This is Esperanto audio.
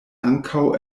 ankaŭ